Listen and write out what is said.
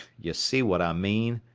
you see what i mean?